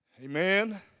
Amen